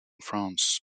france